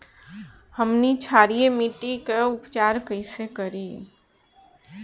हमनी क्षारीय मिट्टी क उपचार कइसे करी?